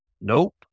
Nope